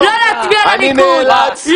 לא נעלבת ממך,